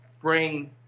bring